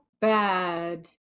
bad